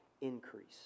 increase